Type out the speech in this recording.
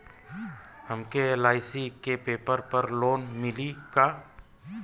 हमके एल.आई.सी के पेपर पर लोन मिली का?